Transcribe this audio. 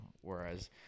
Whereas